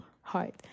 heart